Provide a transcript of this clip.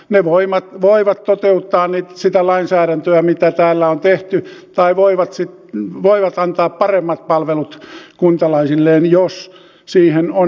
ne voivat toteuttaa sitä lainsäädäntöä mitä täällä on tehty tai voivat antaa paremmat palvelut kuntalaisilleen jos siihen on varaa